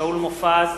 שאול מופז,